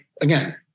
again